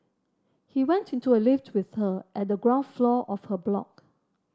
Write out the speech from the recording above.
he went into a lift with her at the ground floor of her block